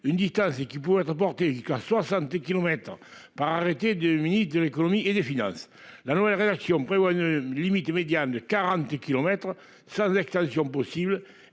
une distance et qui pourrait être portée jusqu'à. Kilomètres par arrêté du ministre de l'Économie et des Finances. La nouvelle rédaction prévoit une limite immédiat de 40 kilomètres sans extension possible.